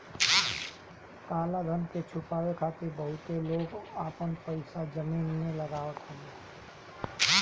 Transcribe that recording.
काला धन के छुपावे खातिर बहुते लोग आपन पईसा जमीन में लगावत हवे